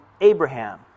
Abraham